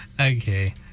Okay